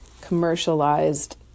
commercialized